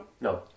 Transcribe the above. No